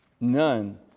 None